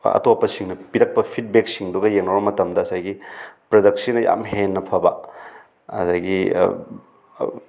ꯑꯇꯣꯞꯄꯁꯤꯡꯅ ꯄꯤꯔꯛꯄ ꯐꯤꯗꯕꯦꯛꯁꯤꯡꯗꯨꯒ ꯌꯦꯡꯅꯔꯨꯕ ꯃꯇꯝꯗ ꯉꯁꯥꯏꯒꯤ ꯄ꯭ꯔꯗꯛꯁꯤꯅ ꯌꯥꯝ ꯍꯦꯟꯅ ꯐꯕ ꯑꯗꯒꯤ